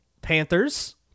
Panthers